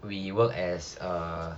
we worked as a